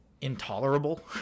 intolerable